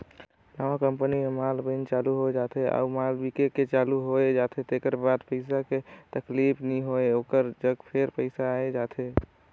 नवा कंपनी म माल बइन चालू हो जाथे अउ माल बिके ले चालू होए जाथे तेकर बाद पइसा के तकलीफ नी होय ओकर जग फेर पइसा आए जाथे